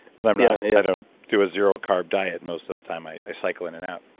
but i yeah yeah don't do a zero carb diet. most of the time i i cycle in an out.